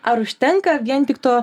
ar užtenka vien tik to